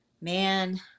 man